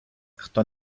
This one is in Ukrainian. хто